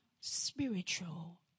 spiritual